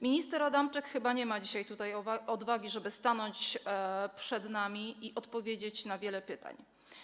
Minister Adamczyk chyba nie ma dzisiaj odwagi, żeby stanąć tutaj przed nami i odpowiedzieć na wiele pytań.